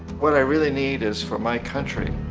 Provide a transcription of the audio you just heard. what i really need is for my country